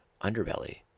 underbelly